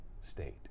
state